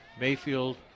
Mayfield